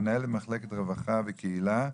מנהלת מחלקת רווחה וקהילה.